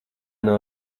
nav